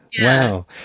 Wow